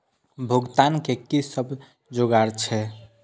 भुगतान के कि सब जुगार छे?